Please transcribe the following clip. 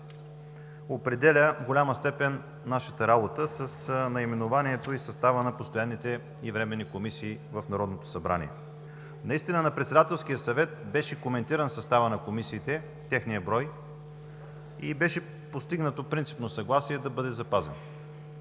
определя в голяма степен нашата работа с наименованието и състава на постоянните и временни комисии в Народното събрание. Наистина на Председателския съвет беше коментиран съставът на комисиите, техният брой и беше постигнато принципно съгласие да бъде запазен.